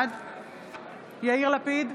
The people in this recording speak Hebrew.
בעד יאיר לפיד,